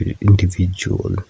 individual